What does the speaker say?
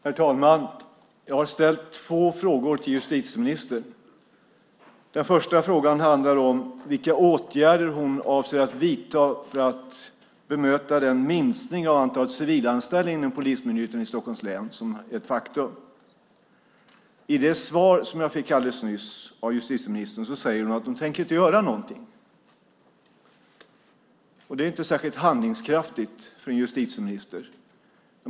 Herr talman! Jag har ställt två frågor till justitieministern. Den första frågan handlar om vilka åtgärder som hon avser att vidta för att bemöta den minskning av antalet civilanställda inom Polismyndigheten i Stockholms län som är ett faktum. I det svar som jag fick alldeles nyss av justitieministern säger hon att hon inte tänker göra någonting. Det är inte särskilt handlingskraftigt från en justitieminister.